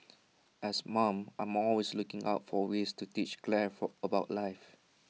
as mom I'm always looking out for ways to teach Claire for about life